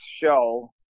show